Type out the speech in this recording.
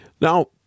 Now